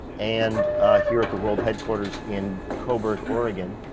and here at the world headquarters in coburg, oregon.